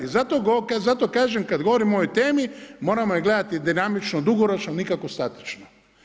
Zato kažem, kad govorimo o ovoj temi moramo je gledati dinamično, dugoročno, nikako statično.